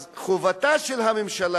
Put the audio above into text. אז חובתה של הממשלה,